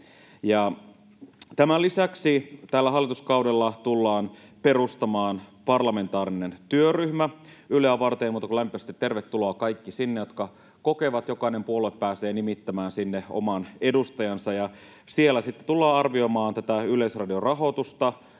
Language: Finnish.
Tämän lisäksi tällä hallituskaudella tullaan perustamaan parlamentaarinen työryhmä Yleä varten — ei muuta kuin lämpimästi tervetuloa sinne kaikki. Jokainen puolue pääsee nimittämään sinne oman edustajansa, ja siellä sitten tullaan arvioimaan Yleisradion rahoitusta